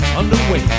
underway